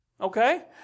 Okay